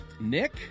Nick